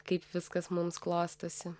kaip viskas mums klostosi